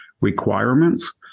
requirements